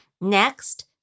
Next